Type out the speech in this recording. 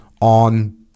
on